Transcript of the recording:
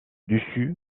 dessus